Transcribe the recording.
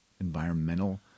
environmental